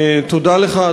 תודה לך,